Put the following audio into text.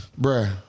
bruh